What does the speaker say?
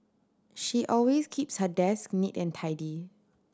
she always keeps her desk neat and tidy